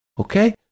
Okay